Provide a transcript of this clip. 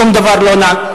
שום דבר לא נעשה.